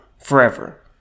forever